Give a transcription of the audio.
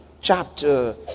chapter